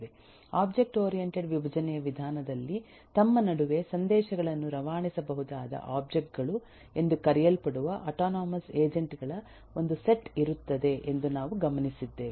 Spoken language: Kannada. ಒಬ್ಜೆಕ್ಟ್ ಓರಿಯಂಟೆಡ್ ವಿಭಜನೆಯ ವಿಧಾನದಲ್ಲಿ ತಮ್ಮ ನಡುವೆ ಸಂದೇಶಗಳನ್ನು ರವಾನಿಸಬಹುದಾದ ಒಬ್ಜೆಕ್ಟ್ ಗಳು ಎಂದು ಕರೆಯಲ್ಪಡುವ ಆಟೊನೊಮಸ್ ಏಜೆಂಟ್ ಗಳ ಒಂದು ಸೆಟ್ ಇರುತ್ತದೆ ಎಂದು ನಾವು ಗಮನಿಸಿದ್ದೇವೆ